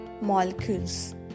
molecules